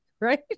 right